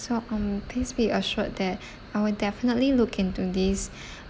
so um please be assured that I will definitely look into this